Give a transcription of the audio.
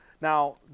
Now